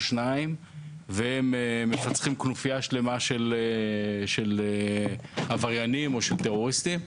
שניים והם מפצחים כנופייה שלמה של עבריינים או טרוריסטים.